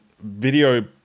video